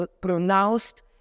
pronounced